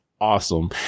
awesome